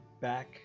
back